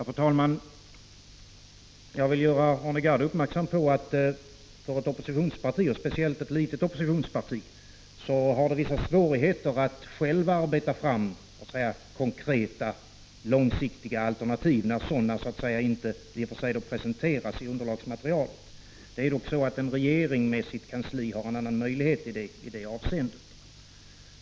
Fru talman! Jag vill göra Arne Gadd uppmärksam på att ett oppositionsparti, speciellt ett litet oppositionsparti, har vissa svårigheter att arbeta fram konkreta, långsiktiga alternativ, när sådana inte presenteras i underlagsmaterialet. En regering med sitt kansli har en annan möjlighet i det avseendet.